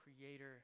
creator